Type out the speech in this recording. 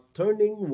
turning